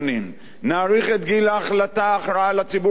נאריך את גיל ההכרעה לציבור החרדי,